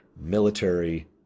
military